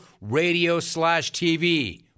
radio-slash-TV